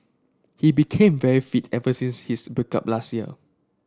he became very fit ever since his break up last year